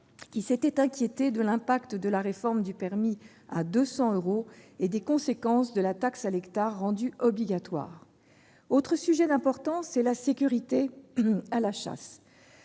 qui s'étaient inquiétées de l'impact d'un permis de chasser à 200 euros et des conséquences d'une taxe à l'hectare rendue obligatoire. Autre sujet d'importance : la sécurité à la chasse.